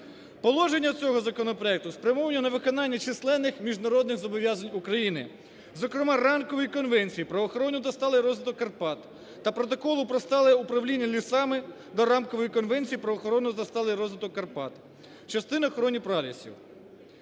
Положення цього законопроекту спрямовані на виконання численних міжнародних зобов'язань України, зокрема, Рамкової конвенції про охорону та сталий розвиток Карпат, та Протоколу про стале управління лісами до Рамкової конвенції про охорону та сталий розвиток Карпат, частини охорони пралісів.